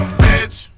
bitch